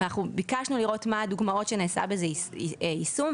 אנחנו ביקשנו לראות מהן הדוגמאות שנעשה בהן יישום,